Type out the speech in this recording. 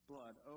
blood